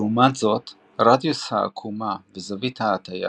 לעומת זאת, רדיוס העקומה וזווית ההטיה